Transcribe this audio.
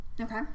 Okay